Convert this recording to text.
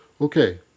Okay